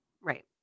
right